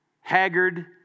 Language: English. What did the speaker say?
haggard